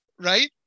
right